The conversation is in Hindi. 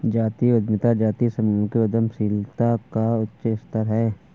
जातीय उद्यमिता जातीय समूहों के उद्यमशीलता का उच्च स्तर है